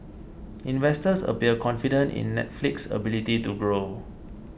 investors appear confident in Netflix's ability to grow